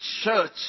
church